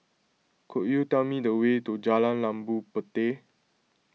could you tell me the way to Jalan Labu Puteh